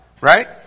right